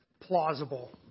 plausible